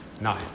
No